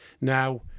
Now